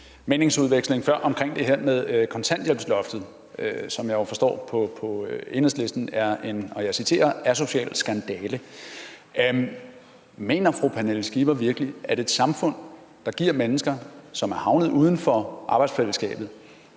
meningsudveksling før om det her med kontanthjælpsloftet, som jeg jo forstår på Enhedslisten er en, og jeg citerer: asocial skandale. Mener fru Pernille Skipper virkelig, at et samfund, der giver mennesker, som er havnet uden for arbejdsfællesskabet